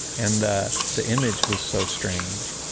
and the the image was so strange.